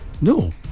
No